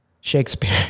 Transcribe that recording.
Shakespeare